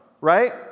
right